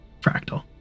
Fractal